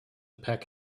pack